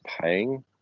paying